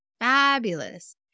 fabulous